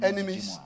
Enemies